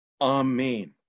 Amen